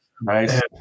Nice